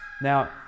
Now